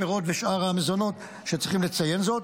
הפירות ושאר המזונות שצריכים לציין זאת.